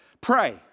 Pray